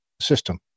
system